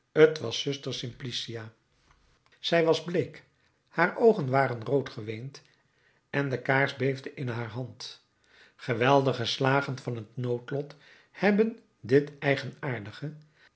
was zuster simplicia zij was bleek haar oogen waren rood geweend en de kaars beefde in haar hand geweldige slagen van t noodlot hebben dit eigenaardige